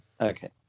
Okay